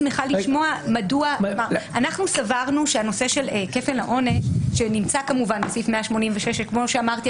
אנחנו סברנו שהנושא של כפל העונש שנמצא כמובן בסעיף 186 - כמו שאמרתי,